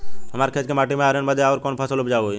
हमरा खेत के माटी मे आयरन जादे बा आउर कौन फसल उपजाऊ होइ?